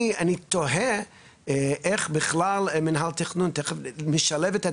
אני תוהה איך בכלל מנהל תכנון משלבת את